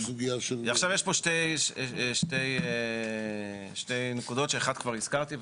יש פה שתי נקודות שאחת כבר הזכרתי,